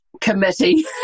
committee